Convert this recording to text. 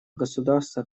государства